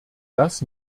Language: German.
das